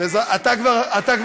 חכה שיהיו